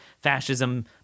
fascism